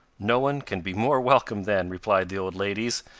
no one can be more welcome, then, replied the old ladies,